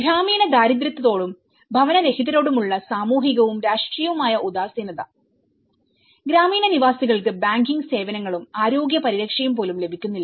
ഗ്രാമീണ ദാരിദ്ര്യത്തോടും ഭവനരഹിതരോടുമുള്ള സാമൂഹികവും രാഷ്ട്രീയവുമായ ഉദാസീനത ഗ്രാമീണ നിവാസികൾക്ക് ബാങ്കിംഗ് സേവനങ്ങളും ആരോഗ്യ പരിരക്ഷയും പോലും ലഭിക്കുന്നില്ല